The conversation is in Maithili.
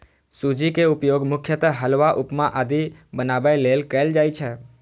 सूजी के उपयोग मुख्यतः हलवा, उपमा आदि बनाबै लेल कैल जाइ छै